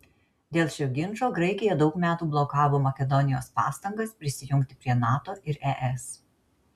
dėl šio ginčo graikija daug metų blokavo makedonijos pastangas prisijungti prie nato ir es